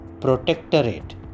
protectorate